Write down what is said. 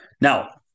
Now